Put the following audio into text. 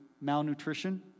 malnutrition